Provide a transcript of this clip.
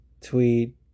Tweet